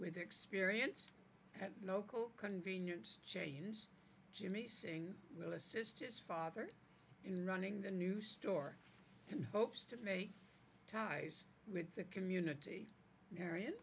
with experience at the local convenience chains jimmy saying will assist his father in running the new store in hopes to make ties with the community marion